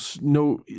no